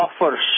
offers